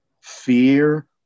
fear